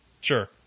Sure